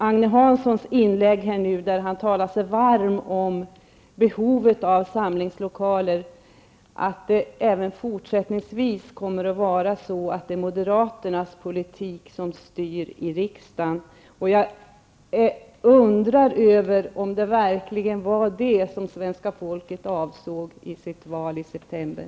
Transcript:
Min oro är ändock berättigad över att det även fortsättningsvis kommer att vara moderaternas politik som styr i riksdagen. Jag undrar om det verkligen var detta som svenska folket avsåg i sitt val i september.